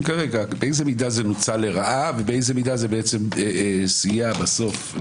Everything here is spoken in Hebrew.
כרגע זה נוצל לרעה ובאיזו מידה זה סייע בסוף?